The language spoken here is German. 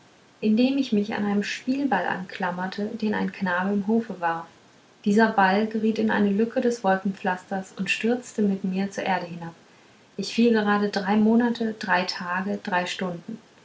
indem ich mich an einen spielball anklammerte den ein knabe im hofe warf dieser ball geriet in eine lücke des wolkenpflasters und stürzte mit mir zur erde hinab ich fiel gerade drei monate drei tage drei stunden